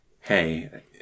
hey